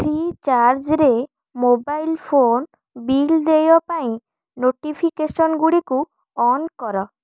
ଫ୍ରିଚାର୍ଜରେ mobile phone bill ଦେୟ ପାଇଁ notification ଗୁଡ଼ିକୁ ଅନ୍ କର